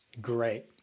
great